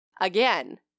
Again